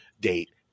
date